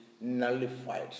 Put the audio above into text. nullified